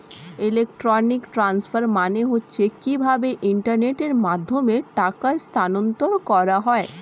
electronic transfer মানে হচ্ছে কিভাবে ইন্টারনেটের মাধ্যমে টাকা স্থানান্তর করা হয়